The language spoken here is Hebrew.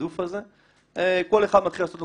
התעדוף הזה; כל אחד מתחיל לעשות לו